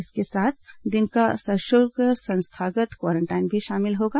इसमें सात दिन का सशुल्क संस्थागत क्वारंटीन भी शामिल होगा